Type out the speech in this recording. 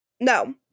No